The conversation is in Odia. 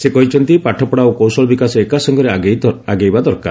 ସେ କହିଛନ୍ତି ପାଠପଢ଼ା ଓ କୌଶଳ ବିକାଶ ଏକସଙ୍ଗରେ ଆଗେଇବା ଦରକାର